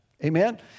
Amen